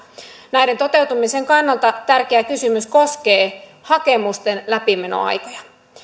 näiden toteutumisen kannalta tärkeä kysymys koskee hakemusten läpimenoaikoja